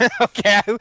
Okay